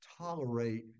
tolerate